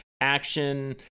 action